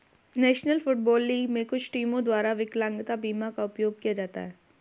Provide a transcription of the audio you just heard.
national Football League में कुछ टीमों द्वारा विकलांगता बीमा का उपयोग किया जाता है